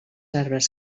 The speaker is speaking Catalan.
arbres